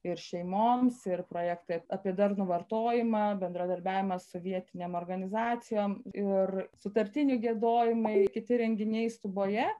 ir šeimoms ir projektai apie darnų vartojimą bendradarbiavimą su vietinėm organizacijom ir sutartinių giedojimai ir kiti renginiai stuboje